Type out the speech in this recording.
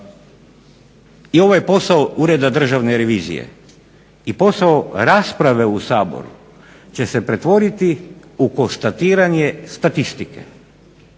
je ova posao Ureda državne revizije i posao rasprave u Saboru će se pretvoriti u konstatiranje statistike